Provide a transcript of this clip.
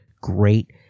great